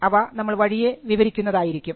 അവ നമ്മൾ വഴിയെ വിവരിക്കുന്നതായിരിക്കും